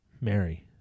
Mary